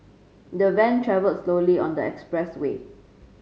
the van travelled slowly on the expressway